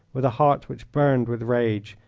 with a heart which burned with rage,